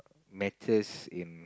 matters in